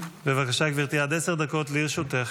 בבקשה, גברתי, עד עשר דקות לרשותך.